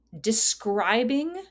describing